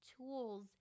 tools